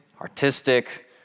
artistic